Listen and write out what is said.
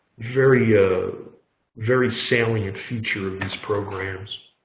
very ah very salient feature of these programs.